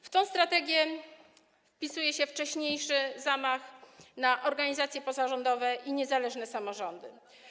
W tę strategię wpisuje się wcześniejszy zamach na organizacje pozarządowe i niezależne samorządy.